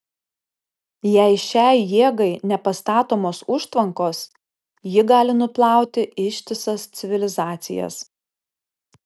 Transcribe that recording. jei šiai jėgai nepastatomos užtvankos ji gali nuplauti ištisas civilizacijas